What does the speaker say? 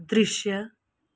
दृश्य